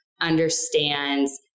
understands